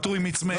ואטורי מצמץ.